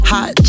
Hot